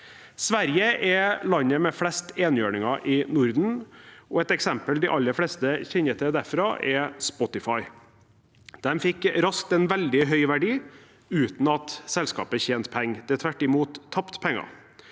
Sverige er landet med flest enhjørninger i Norden, og et eksempel de aller fleste kjenner til derfra, er Spotify. De fikk raskt en veldig høy verdi uten at selskapet tjente penger – det tvert imot tapte penger.